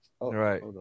Right